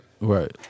Right